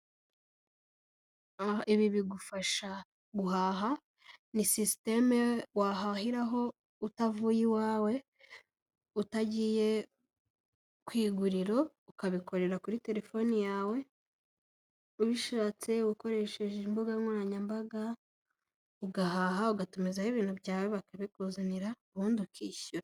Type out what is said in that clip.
Ibi bigufasha guhaha ni sisiteme wahahiraho utavuye iwawe, utagiye kwiguriro ukabikorera kuri telefoni yawe; ubishatse ukoresheje imbuga nkoranyambaga, ugahaha ugatumizaho ibintu byawe bakabikuzanira ubundi ukishyura.